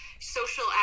social